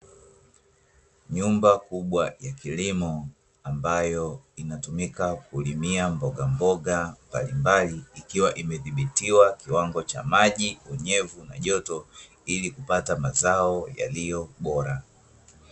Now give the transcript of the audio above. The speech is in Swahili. Nyumba kubwa ya kilimo ambayo inatumika kulimia mbogamboga mbalimbali, ikiwa imedhibitiwa kiwango cha maji, unyevu, na joto, ili kupata mazao yaliyo bora.